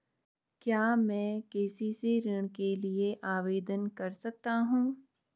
क्या मैं के.सी.सी ऋण के लिए आवेदन कर सकता हूँ?